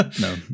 No